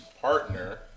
partner